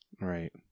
right